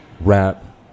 rap